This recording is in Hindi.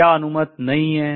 क्या अनुमत नहीं है